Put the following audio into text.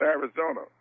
Arizona